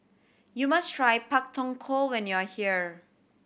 you must try Pak Thong Ko when you are here